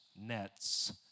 nets